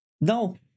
No